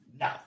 No